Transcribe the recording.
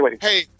hey